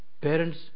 Parents